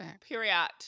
Period